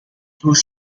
through